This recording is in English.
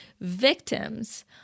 victims